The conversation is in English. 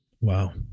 wow